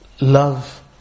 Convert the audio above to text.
love